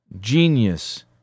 genius